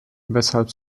weshalb